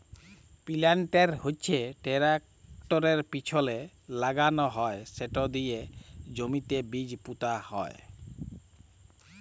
পিলান্টের হচ্যে টেরাকটরের পিছলে লাগাল হয় সেট দিয়ে জমিতে বীজ পুঁতা হয়